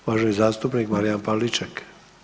Uvaženi zastupnik Marijan Pavliček.